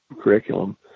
curriculum